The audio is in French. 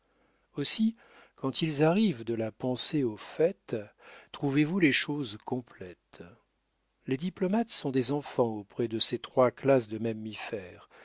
aussi quand ils arrivent de la pensée au fait trouvez-vous les choses complètes les diplomates sont des enfants auprès de ces trois classes de